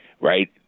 right